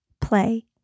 play